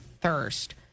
thirst